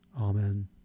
Amen